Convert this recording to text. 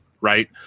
right